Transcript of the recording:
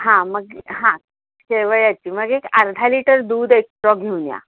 हां मग हां शेवयाची मग एक अर्धा लिटर दूध एकट्रॉ घेऊन या